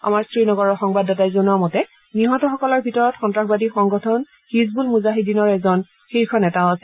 আমাৰ শ্ৰীনগৰৰ সংবাদদাতাই জনোৱা মতে নিহতসকলৰ ভিতৰত সন্তাসবাদী সংগঠন হিজবুল মুজহিদিনৰ এজন শীৰ্ষ নেতাও আছে